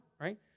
right